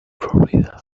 florida